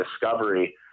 discovery